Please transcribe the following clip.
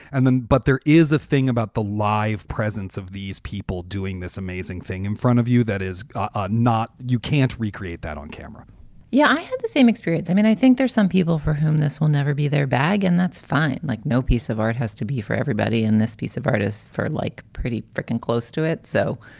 and then but there is a thing about the live presence of these people doing this amazing thing in front of you. that is ah not you can't recreate that on camera yeah, i had the same experience. i mean, i think there's some people for whom this will never be their bag, and that's fine. like no piece of art has to be for everybody in this piece of artists for, like, pretty frickin close to it. so,